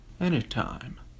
Anytime